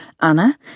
Anna